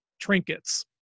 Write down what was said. trinkets